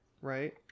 right